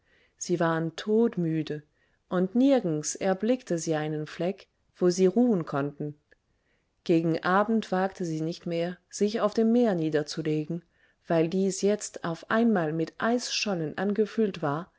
ob sieundihrescharwohllebendigdavonkommenwürden siewarentodmüde und nirgends erblickte sie einen fleck wo sie ruhen konnten gegen abend wagte sie nicht mehr sich auf dem meer niederzulegen weil dies jetzt auf einmal mit eisschollen angefüllt war